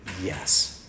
yes